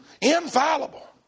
Infallible